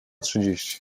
trzydzieści